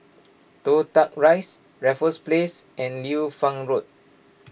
Toh Tuck Rise Raffles Place and Liu Fang Road